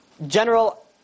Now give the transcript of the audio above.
General